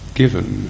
given